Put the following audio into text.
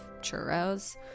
churros